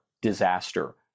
disaster